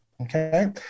Okay